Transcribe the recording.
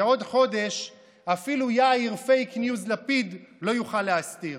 בעוד חודש אפילו יאיר "פייק ניוז" לפיד לא יוכל להסתיר.